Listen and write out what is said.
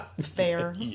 Fair